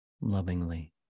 lovingly